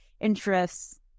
interests